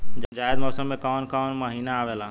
जायद मौसम में काउन काउन महीना आवेला?